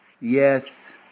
Yes